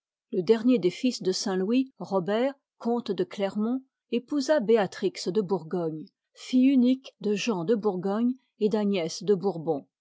le dernier des fils de saint-louis robert comte de clermont épousa béatrix de bourgogne fille unique de jean de bourgogne et d'agnès de bourbon